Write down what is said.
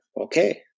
okay